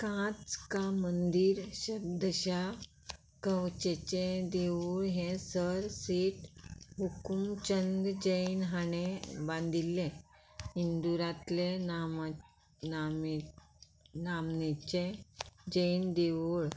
काच का मंदीर शब्दशा कंवचेचें देवूळ हें सर सेट हुकुमचंद जैन हाणें बांदिल्लें हिंदुरांतलें नाम नामे नामनेचें जैन देवूळ